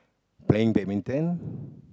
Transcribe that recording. playing badminton